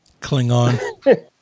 Klingon